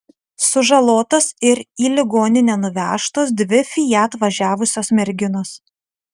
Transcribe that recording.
sužalotos ir į ligoninę nuvežtos dvi fiat važiavusios merginos